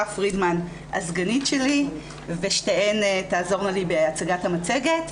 פרידמן הסגנית שלי ושתיהן תעזורנה לי בהצגת המצגת.